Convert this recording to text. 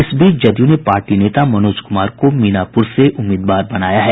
इस बीच जदयू ने पार्टी नेता मनोज कुमार को मीनापुर से उम्मीदवार बनाया है